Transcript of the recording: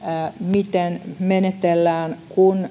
miten menetellään